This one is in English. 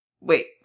Wait